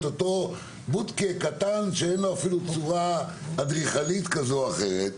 אותו בודקה קטן שאין לו אפילו צורה אדריכלית כזו או אחרת.